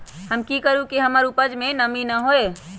हम की करू की हमर उपज में नमी न होए?